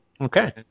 Okay